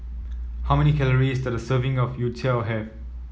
how many calories does a serving of Youtiao have